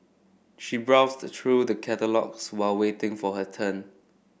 she browsed through the catalogues while waiting for her turn